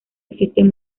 existen